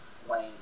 explain